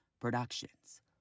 productions